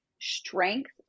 strength